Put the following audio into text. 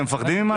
אתם מפחדים ממשהו?